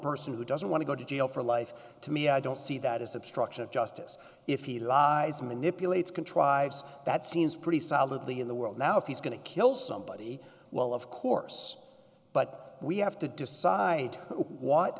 person who doesn't want to go to jail for life to me i don't see that as obstruction of justice if he lies manipulates contrives that seems pretty solidly in the world now if he's going to kill somebody well of course but we have to decide what